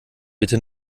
bitte